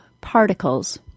particles